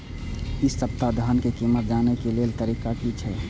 इ सप्ताह धान के कीमत जाने के लेल तरीका की छे?